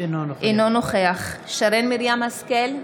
אינו נוכח שרן מרים השכל,